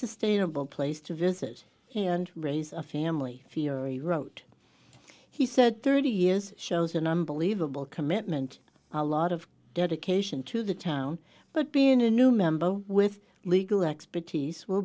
sustainable place to visit and raise a family fiore wrote he said thirty years shows an unbelievable commitment a lot of dedication to the town but been a new member with legal expertise will